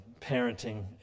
parenting